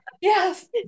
Yes